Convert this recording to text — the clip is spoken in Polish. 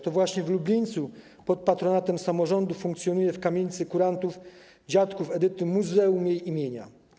To właśnie w Lublińcu pod patronatem samorządu funkcjonuje w kamienicy Courantów, dziadków Edyty, muzeum jej imienia.